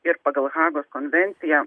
ir pagal hagos konvenciją